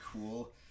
cool